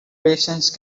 patience